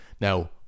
Now